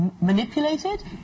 manipulated